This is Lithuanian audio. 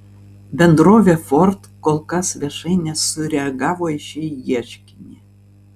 bendrovė ford kol kas viešai nesureagavo į šį ieškinį